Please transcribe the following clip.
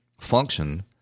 function